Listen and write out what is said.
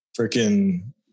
freaking